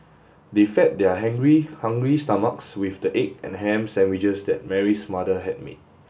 they fed their hungry stomachs with the egg and ham sandwiches that Mary's mother had made